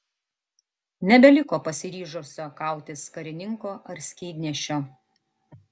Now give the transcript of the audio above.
nebeliko pasiryžusio kautis karininko ar skydnešio